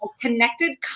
connected